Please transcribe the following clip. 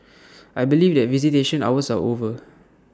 I believe that visitation hours are over